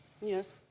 Yes